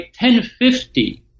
1050